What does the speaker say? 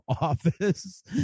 office